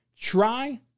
Try